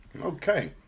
Okay